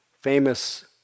famous